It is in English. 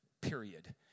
Period